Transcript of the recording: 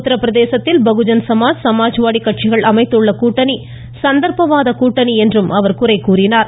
உத்தரப்பிரதேசத்தில் பகுஜன் சமாஜ் சமாஜ்வாடி கட்சிகள் அமைத்துள்ள கூட்டணி சந்தர்ப்பவாத கூட்டணி என்றும் குறை கூறினார்